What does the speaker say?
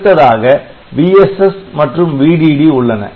அடுத்ததாக Vss மற்றும் VDD உள்ளன